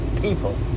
people